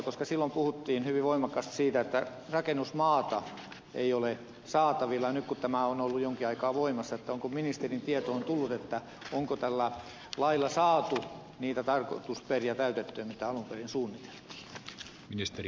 kun silloin puhuttiin hyvin voimakkaasti siitä että rakennusmaata ei ole saatavilla ja kun tämä on ollut jonkin aikaa voimassa niin onko ministerin tietoon tullut onko tällä lailla saatu niitä tarkoitusperiä täytettyä mitä alun perin suunniteltiin